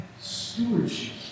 stewardship